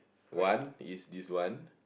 one is this one